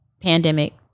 pandemic